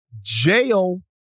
jail